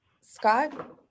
scott